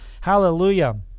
Hallelujah